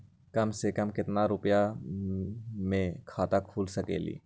कम से कम केतना रुपया में खाता खुल सकेली?